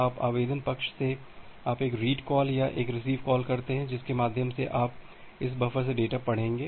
अब आवेदन पक्ष से आप एक रीड कॉल या एक रिसीव कॉल करते हैं जिसके माध्यम से आप इस बफर से डेटा पढ़ेंगे